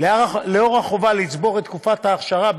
לאור החובה לצבור תקופת אכשרה.